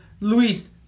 Luis